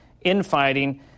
infighting